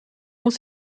muss